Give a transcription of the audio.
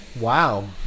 Wow